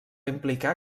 implicar